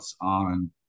on